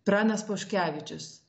pranas paškevičius